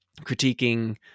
critiquing